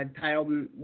Title